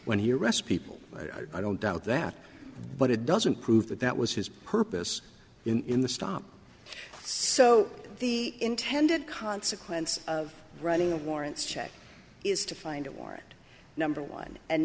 when he arrest people i don't doubt that but it doesn't prove that that was his purpose in the stop so the intended consequence of running of warrants check is to find a warrant number one and